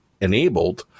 enabled